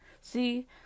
See